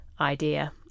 idea